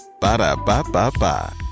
Ba-da-ba-ba-ba